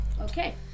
Okay